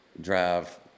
drive